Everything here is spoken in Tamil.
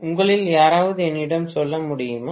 உங்களில் யாராவது என்னிடம் சொல்ல முடியுமா